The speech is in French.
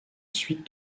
suite